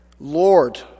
Lord